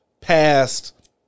past